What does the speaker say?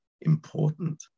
important